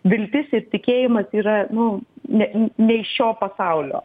viltis ir tikėjimas yra nu ne ne iš šio pasaulio